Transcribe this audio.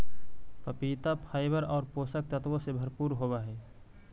पपीता फाइबर और पोषक तत्वों से भरपूर होवअ हई